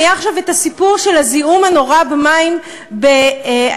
היה עכשיו הסיפור של הזיהום הנורא במים בעיירה,